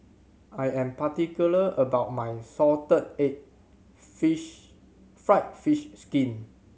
I am particular about my salted egg fish fried fish skin